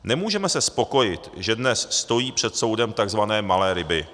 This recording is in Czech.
Nemůžeme se spokojit, že dnes stojí před soudem tzv. malé ryby.